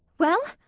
well,